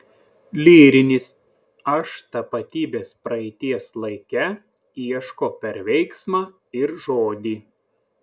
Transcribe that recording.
lyrinis aš tapatybės praeities laike ieško per veiksmą ir žodį